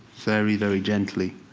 very very gently,